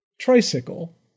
tricycle